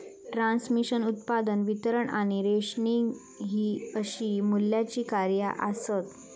transmission, उत्पादन, वितरण आणि रेशनिंग हि अशी मूल्याची कार्या आसत